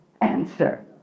answer